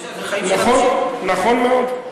נכון מאוד.